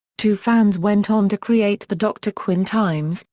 two fans went on to create the dr. quinn times,